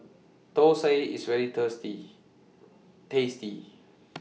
Thosai IS very tasty